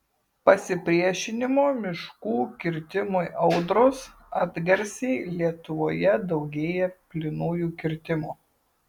pasipriešinimo miškų kirtimui audros atgarsiai lietuvoje daugėja plynųjų kirtimų